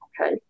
Okay